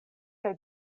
kaj